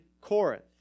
Corinth